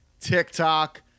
TikTok